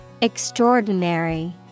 Extraordinary